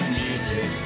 music